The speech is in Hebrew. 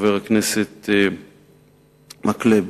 וחבר הכנסת מקלב.